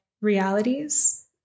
realities